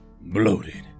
bloated